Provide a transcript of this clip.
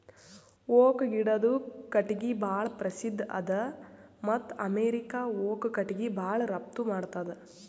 oak ಗಿಡದು ಕಟ್ಟಿಗಿ ಭಾಳ್ ಪ್ರಸಿದ್ಧ ಅದ ಮತ್ತ್ ಅಮೇರಿಕಾ ಓಕ್ ಕಟ್ಟಿಗಿ ಭಾಳ್ ರಫ್ತು ಮಾಡ್ತದ್